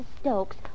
Stokes